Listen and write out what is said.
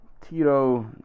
Tito